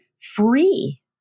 free